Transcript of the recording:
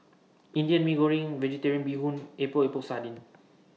Indian Mee Goreng Vegetarian Bee Hoon Epok Epok Sardin